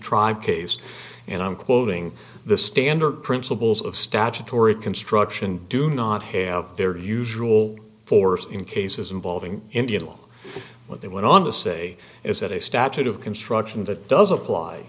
tribe case and i'm quoting the standard principles of statutory construction do not have their usual force in cases involving indian law but they went on to say is that a statute of construction that doesn't apply